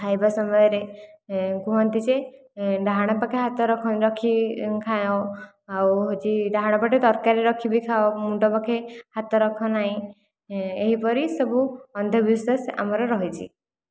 ଖାଇବା ସମୟରେ କୁହନ୍ତି ଯେ ଡାହାଣ ପାଖେ ହାତ ରଖି ଖାଅ ଆଉ ହେଉଛି ଡାହାଣ ପଟେ ତରକାରୀ ରଖି ବି ଖାଅ ମୁଣ୍ଡ ପାଖେ ହାତ ରଖ ନାହିଁ ଏହିପରି ସବୁ ଅନ୍ଧବିଶ୍ୱାସ ଆମର ରହିଛି